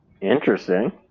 Interesting